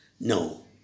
No